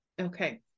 Okay